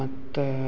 ಮತ್ತು